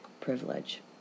privilege